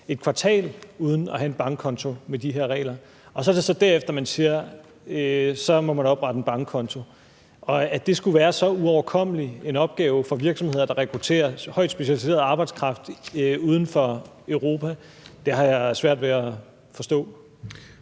et kvartal uden at have en bankkonto med de her regler. Derefter siger man så, at så skal der oprettes en bankkonto. At det skulle være så uoverkommelig en opgave for virksomheder, der rekrutterer højt specialiseret arbejdskraft uden for Europa, har jeg svært ved at forstå.